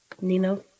Nino